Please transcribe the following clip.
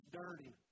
dirty